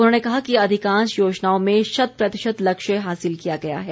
उन्होंने कहा कि अधिकांश योजनाओं में शत प्रतिशत लक्ष्य हासिल किया गया है